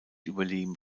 überleben